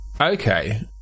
Okay